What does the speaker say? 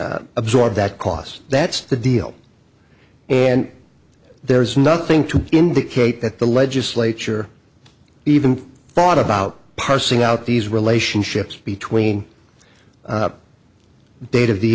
absorb that cost that's the deal and there's nothing to indicate that the legislature even thought about parsing out these relationships between the date of the